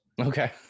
Okay